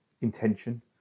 intention